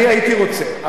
הייתי רוצה.